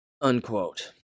Unquote